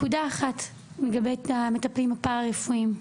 נקודה אחת לגבי המטפלים הפרא רפואיים,